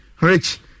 Rich